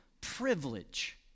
privilege